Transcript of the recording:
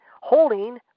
holding